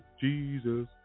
Jesus